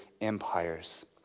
empires